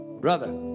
Brother